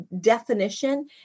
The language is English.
definition